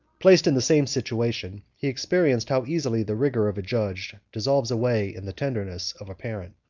placed in the same situation, he experienced how easily the rigor of a judge dissolves away in the tenderness of a parent.